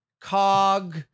cog